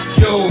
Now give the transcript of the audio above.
yo